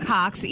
Cox